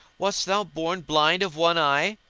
wast thou born blind of one eye?